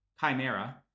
Chimera